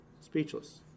Speechless